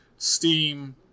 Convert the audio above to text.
Steam